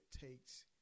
takes